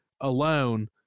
alone